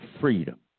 Freedom